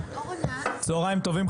צוהריים טובים,